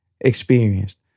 experienced